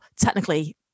technically